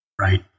Right